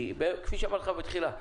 כפי שאמרתי לך בתחילה,